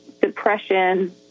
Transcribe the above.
depression